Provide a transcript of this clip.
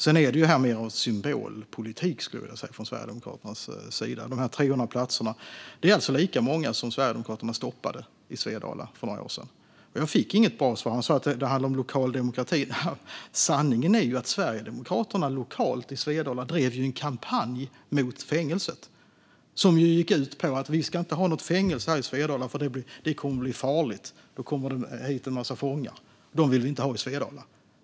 Detta är, skulle jag vilja säga, mer av symbolpolitik från Sverigedemokraternas sida. De 300 platserna är alltså lika många som Sverigedemokraterna stoppade i Svedala för några år sedan. Jag fick inget bra svar. Adam Marttinen sa att det handlar om lokal demokrati. Sanningen är att Sverigedemokraterna lokalt i Svedala drev en kampanj mot fängelset som gick ut på att vi inte ska ha något fängelse här i Svedala, för det kommer att bli farligt. Då kommer det hit en massa fångar; dem vill vi inte ha i Svedala.